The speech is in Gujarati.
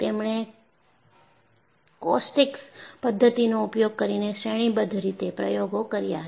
તેમણે કોસ્ટિક્સ પદ્ધતિનો ઉપયોગ કરીને શ્રેણીબદ્ધ રીતે પ્રયોગો કર્યા હતા